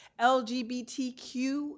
LGBTQ